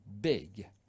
big